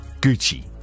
Gucci